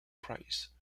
price